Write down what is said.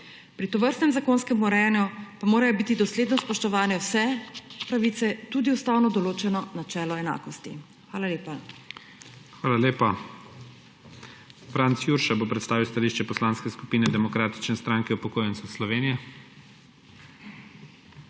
Pri tovrstnem zakonskem urejanju pa morajo biti dosledno spoštovane vse pravice, tudi ustavno določeno načelo enakosti. Hvala lepa. PREDSEDNIK IGOR ZORČIČ: Hvala lepa. Franc Jurša bo predstavil stališče Poslanske skupine Demokratične stranke upokojencev Slovenije. FRANC